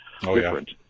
different